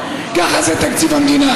אולי אפשר להגיד גם שלא כל הימין